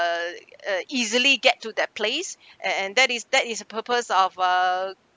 uh uh easily get to that place and and that is that is a purpose of uh